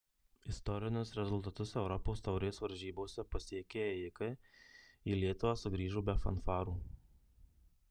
istorinius rezultatus europos taurės varžybose pasiekę ėjikai į lietuvą sugrįžo be fanfarų